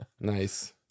Nice